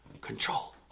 control